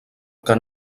que